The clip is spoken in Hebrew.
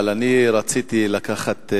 אבל אני רציתי לקחת את